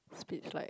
speech like